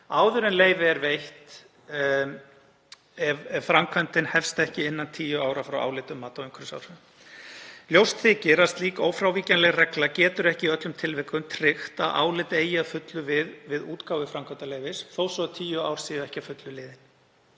áður en leyfi er veitt ef framkvæmdin hefst ekki innan 10 ára frá áliti um mat á umhverfisáhrifum. Ljóst þykir að slík ófrávíkjanleg regla getur ekki í öllum tilvikum tryggt að álit eigi að fullu við við útgáfu framkvæmdaleyfis þó svo að 10 árin séu ekki að fullu liðin.